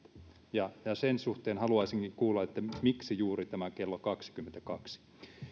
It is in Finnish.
ja sen suhteen haluaisinkin kuulla miksi juuri tämä kello kaksikymmentäkaksi